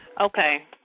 Okay